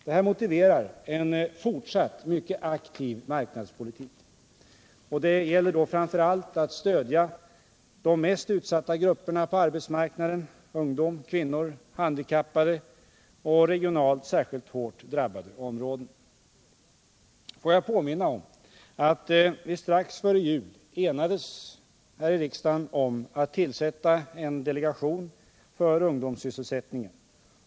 Detta motiverar en fortsatt mycket aktiv arbetsmarknadspolitik. Och det gäller då framför allt att stödja de mest utsatta grupperna på arbetsmarknaden: ungdom, kvinnor och handikappade samt regionalt särskilt hårt drabbade områden. Får jag påminna om att vi strax före jul här i riksdagen enades om att tillsätta en delegation för ungdomssysselsättningen.